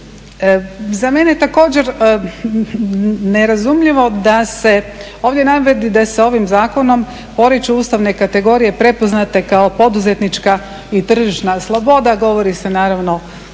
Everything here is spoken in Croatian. Za mene je također nerazumljivo da se ovdje navodi da se ovim zakonom poriču Ustavne kategorije prepoznate kao poduzetnička i tržišna sloboda, govori se naravno o